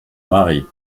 marie